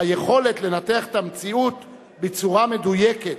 היכולת לנתח את המציאות בצורה מדויקת,